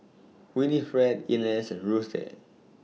Winifred Inez and Ruthe